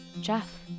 Jeff